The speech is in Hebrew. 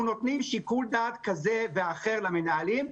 אנחנו נותנים שיקול דעת כזה או אחר למנהלים,